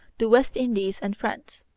the west indies, and france.